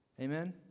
Amen